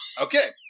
Okay